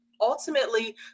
ultimately